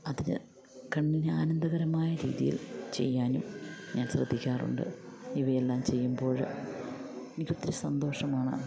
അതിൽ കണ്ണിന് ആനന്ദകരമായ രീതിയിൽ ചെയ്യാനും ഞാൻ ശ്രദ്ധിക്കാറുണ്ട് ഇവയെല്ലാം ചെയ്യുമ്പോൾ എനിക്കൊത്തിരി സന്തോഷമാണ്